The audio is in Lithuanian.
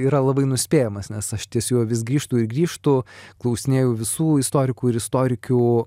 yra labai nuspėjamas nes aš ties juo vis grįžtu ir grįžtu klausinėju visų istorikų ir istorikių